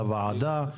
לוועדה,